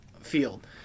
field